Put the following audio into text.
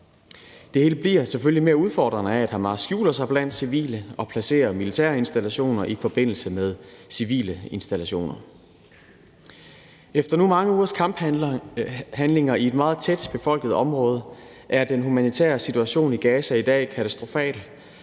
selvfølgelig mere udfordrende af, at Hamas skjuler sig blandt civile og placerer militære installationer i forbindelse med civile installationer. Efter nu mange ugers kamphandlinger i et meget tætbefolket område er den humanitære situation i Gaza i dag katastrofal